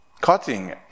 Cutting